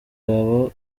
waba